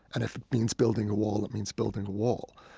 and if it means building a wall, it means building a wall.